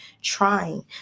trying